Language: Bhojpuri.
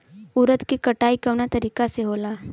उरद के कटाई कवना तरीका से होला?